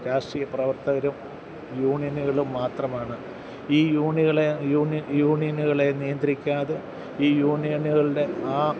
രാഷ്ട്രീയ പ്രവർത്തകരും യൂണിയനുകളും മാത്രമാണ് ഈ യൂണിയനുകളെ യൂണിയനുകളെ നിയന്ത്രിക്കാതെ ഈ യൂണിയനുകളുടെ ആ